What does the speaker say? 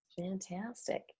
Fantastic